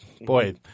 boy